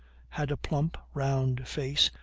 had a plump, round face,